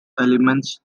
elements